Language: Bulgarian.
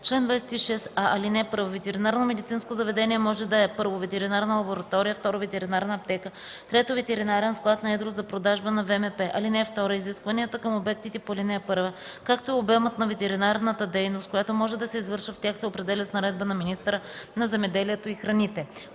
„Чл. 26а (1) Ветеринарномедицинско заведение може да е: 1. ветеринарна лаборатория; 2. ветеринарна аптека; 3. ветеринарен склад на едро за продажба на ВМП. (2) Изискванията към обектите по ал. 1, както и обемът на ветеринарната дейност, която може да се извършва в тях, се определя с наредба на министъра на земеделието и храните.”